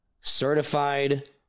certified